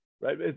right